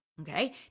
okay